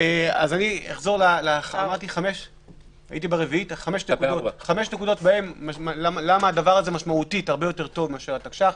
אני מדבר על 5 נקודות למה זה משמעותית הרבה יותר טוב מהתקש"ח.